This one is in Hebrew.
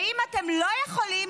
ואם אתם לא יכולים,